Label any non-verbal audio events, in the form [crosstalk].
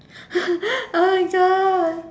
[laughs] oh my god